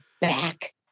back